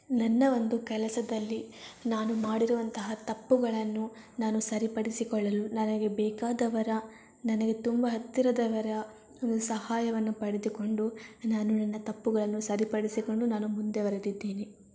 ನನ್ನ ಒಂದು ಕೆಲಸದಲ್ಲಿ ನಾನು ಮಾಡಿರುವಂತಹ ತಪ್ಪುಗಳನ್ನು ನಾನು ಸರಿಪಡಿಸಿಕೊಳ್ಳಲು ನನಗೆ ಬೇಕಾದವರ ನನಗೆ ತುಂಬ ಹತ್ತಿರದವರ ಸಹಾಯವನ್ನು ಪಡೆದುಕೊಂಡು ನಾನು ನನ್ನ ತಪ್ಪುಗಳನ್ನು ಸರಿಪಡಿಸಿಕೊಂಡು ನಾನು ಮುಂದುವರೆದಿದ್ದೇನೆ